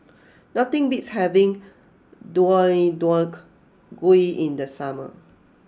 nothing beats having Deodeok Gui in the summer